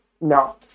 No